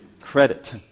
credit